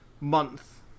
month